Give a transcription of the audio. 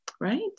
right